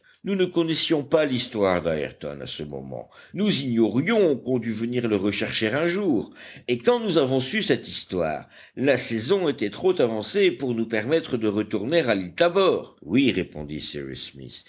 nous ne connaissions pas l'histoire d'ayrton à ce moment nous ignorions qu'on dût venir le rechercher un jour et quand nous avons su cette histoire la saison était trop avancée pour nous permettre de retourner à l'île tabor oui répondit cyrus smith